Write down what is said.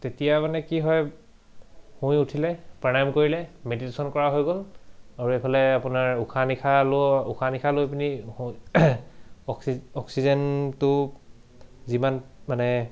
তেতিয়া মানে কি হয় শুই উঠিলে প্ৰণায়ম কৰিলে মেডিটেশ্যন কৰা হৈ গ'ল আৰু এইফালে আপোনাৰ উশাহ নিশাহ লৈ উশাহ নিশাহ লৈ পিনি অক্সি অক্সিজেনটো যিমান মানে